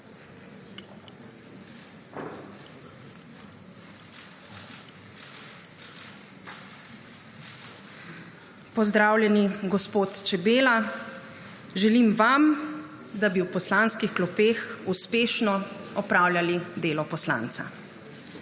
Pozdravljeni gospod Čebela, želim vam, da bi v poslanskih klopeh uspešno opravljali delo poslanca.